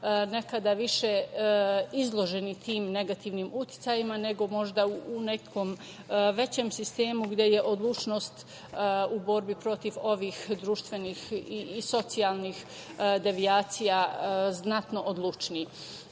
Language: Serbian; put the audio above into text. nekada više izloženi tim negativnim uticajima, nego možda u nekom većem sistemu, gde je odlučnost u borbi protiv ovih društvenih i socijalnih devijacija znatno odlučniji.U